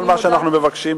כל מה שאנחנו מבקשים,